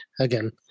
again